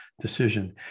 decision